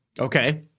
Okay